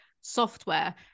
software